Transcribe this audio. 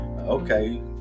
Okay